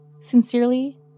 Sincerely